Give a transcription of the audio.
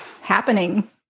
happening